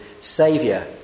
saviour